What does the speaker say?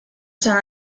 san